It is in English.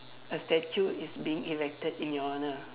a statue is being erected in your honour